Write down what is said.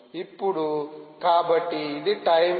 ఇప్పుడు కాబట్టి ఇది టైం